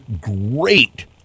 Great